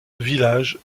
village